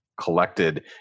collected